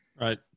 Right